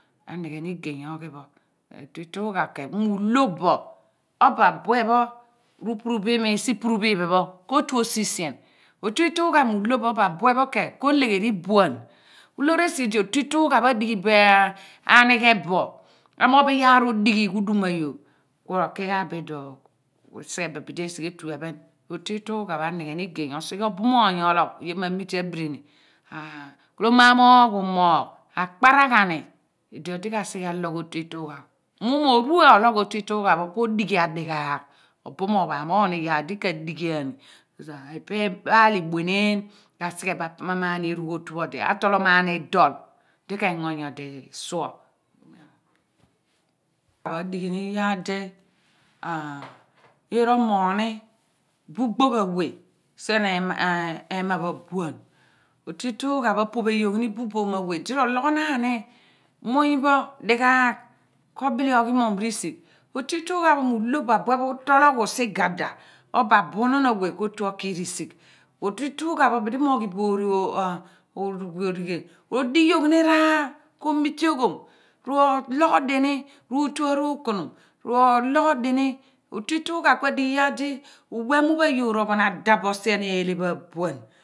Anighe ni igey oghi pho otu iitugha khen ku mu lo bo obo abuen pho rupuru bi mi puru phi phen pho ko tue osi sien otu iitugha mu lo bo obo abue pho khen ko legheri buan ku loor esi otu iitugha adi ghi bo amighe bo amogh yaar odighi ghudun ayoor ku ro ki ana bo iduo pho ku esighe bidi esighe etu ephen otu iitugha anigheni igey osighe obumoony ologh oye ma mite abirini kholo ma mogh umogh akparagha idi odi kasi alogh otu iitugha pho po odighi adi ghaagh obumoony pho amoghni yar di ka dighiani kos ipe ebal ibueneen ka sighe bo apamamani emgh otu pho odi atolomani dol di ke engo nyodi suo adighi yaar di yoor omoghni bu gbogh awe sien ema pho abuan otu iitugha pho apophe yoghi ni bu bonu di ro loghonaani nmuuny pho dighaagh ko bile oghi mom risigh otu iitugha pho mu lo bo abue pho mutologhu sigada obo abunon awe ko tue oki risigh otu iitugha pho abdi mo ghi orighel ro dighi yoghni raar ko mite ghiom ro logho dini rutu arokonom ro logho dini rutu arokonom ro logho dini otu iitugha ku adighi yar di uwmu pho ayoor ophon adapho sien eeleh pho abuan